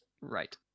Right